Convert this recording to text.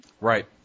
Right